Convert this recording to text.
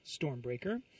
Stormbreaker